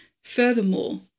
Furthermore